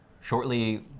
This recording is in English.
shortly